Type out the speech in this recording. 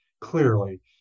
clearly